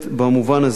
במובן הזה,